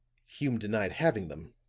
hume denied having them.